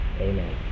Amen